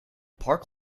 park